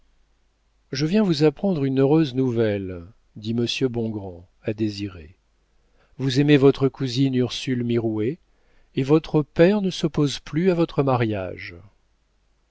je viens vous apprendre une heureuse nouvelle dit monsieur bongrand à désiré vous aimez votre cousine ursule mirouët et votre père ne s'oppose plus à votre mariage